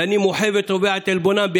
ואני מוחה ותובע את עלבונם.